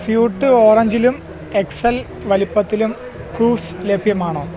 suit ഓറഞ്ചിലും XL വലിപ്പത്തിലും കൂവ്സ് ലഭ്യമാണോ